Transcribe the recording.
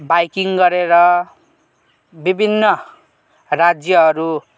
biking गरेर विभिन्न राज्यहरू